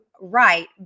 right